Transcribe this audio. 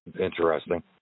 interesting